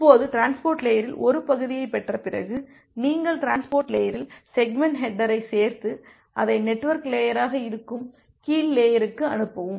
இப்போது டிரான்ஸ்போர்ட் லேயரில் ஒரு பகுதியைப் பெற்ற பிறகு நீங்கள் டிரான்ஸ்போர்ட் லேயரில் செக்மெண்ட் ஹேட்டரைச் சேர்த்து அதை நெட்வொர்க் லேயராக இருக்கும் கீழ் லேயர்க்கு அனுப்பவும்